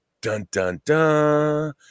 dun-dun-dun